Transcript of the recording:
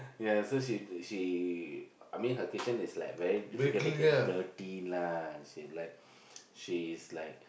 ya so she she I mean her kitchen is like very difficult to get dirty lah you see like she is like